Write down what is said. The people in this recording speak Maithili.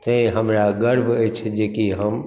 तैँ हमरा गर्व अछि जे कि हम